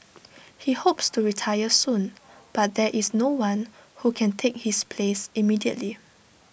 he hopes to retire soon but there is no one who can take his place immediately